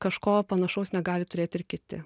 kažko panašaus negali turėti ir kiti